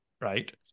right